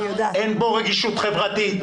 אין בו רגישות חברתית.